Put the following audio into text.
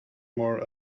more